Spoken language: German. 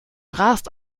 rast